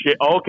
Okay